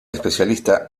especialista